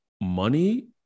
money